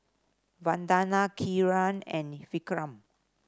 Vandana Kiran and Vikram